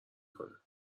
کنه